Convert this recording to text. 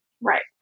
Right